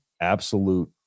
absolute